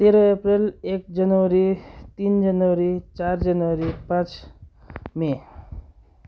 तेह्र अप्रेल एक जनवरी तिन जनवरी चार जनवरी पाँच मे